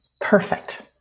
Perfect